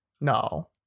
No